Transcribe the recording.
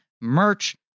merch